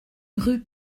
rue